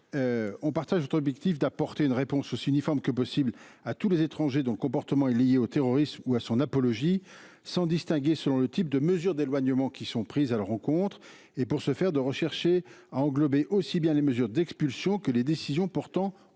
à votre objectif d’apporter une réponse aussi uniforme que possible dans tous les cas d’étrangers dont le comportement est lié au terrorisme ou à son apologie, sans distinguer selon le type de mesure d’éloignement prise à leur encontre et, pour ce faire, en englobant aussi bien les mesures d’expulsion que les décisions portant OQTF.